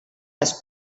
les